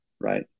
Right